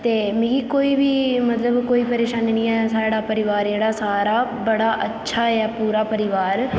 ते मिगी कोई बी मतलब कोई परेशानी नि ऐ साढ़ा परिवार जेह्ड़ा सारा बड़ा अच्छा ऐ पूरा परिवार